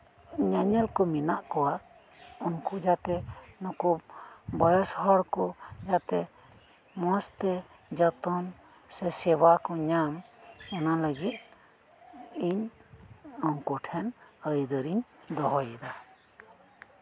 ᱧᱮᱧᱮᱞ ᱠᱚ ᱢᱮᱱᱟᱜ ᱠᱚᱣᱟ ᱩᱱᱠᱩ ᱡᱟᱛᱮ ᱱᱩᱠᱩ ᱵᱚᱭᱮᱥ ᱦᱚᱲ ᱠᱚ ᱡᱟᱛᱮ ᱢᱚᱸᱡᱽᱛᱮ ᱡᱚᱛᱚᱱ ᱥᱮ ᱥᱮᱵᱟ ᱠᱚ ᱧᱟᱢ ᱚᱱᱟ ᱞᱟᱹᱜᱤᱫ ᱤᱧ ᱩᱱᱠᱩ ᱴᱷᱮᱱ ᱟᱹᱭᱫᱟᱹᱨ ᱤᱧ ᱫᱚᱦᱚᱭᱮᱫᱟ